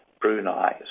Brunei